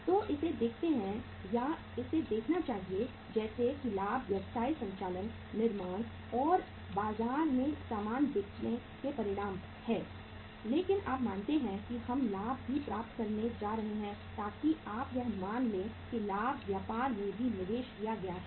तो इसे देखते हैं या इसे देखना चाहिए जैसे कि लाभ व्यवसाय संचालन निर्माण और बाजार में सामान बिकने का परिणाम है लेकिन आप मानते हैं कि हम लाभ भी प्राप्त करने जा रहे हैं ताकि आप यह मान लें कि लाभ व्यापारमें भी निवेश किया गया है